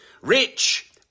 rich